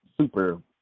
super